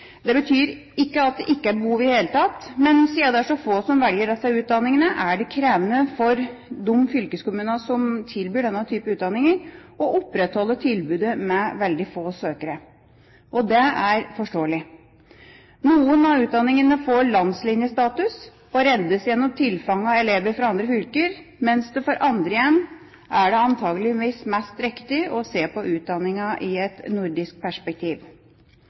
Det betyr ikke at det ikke er behov i det hele tatt, men siden det er så få som velger disse utdanningene, er det krevende for de fylkeskommunene som tilbyr denne type utdanninger, å opprettholde tilbudet med veldig få søkere. Det er forståelig. Noen av utdanningene får landslinjestatus og reddes gjennom tilfang av elever fra andre fylker, mens for andre igjen er det antakeligvis mest riktig å se på utdanningene i et nordisk perspektiv. Da må vi også kunne se på arbeidsmarkedet i et nordisk perspektiv.